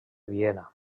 viena